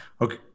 Okay